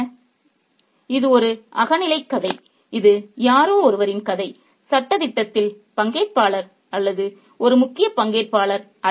எனவே இது ஒரு அகநிலை கதை இது யாரோ ஒருவரின் கதை சதித்திட்டத்தில் பங்கேற்பாளர் அல்லது ஒரு முக்கியப் பங்கேற்பாளர் அல்ல